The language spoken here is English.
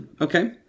Okay